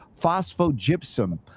phosphogypsum